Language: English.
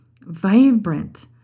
vibrant